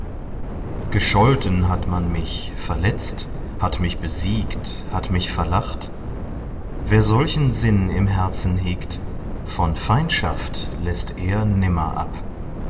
gescholten hat man mich verletzt hat mich besiegt hat mich verlacht wer solchen sinn im herzen hegt von feindschaft läßt er nimmer ab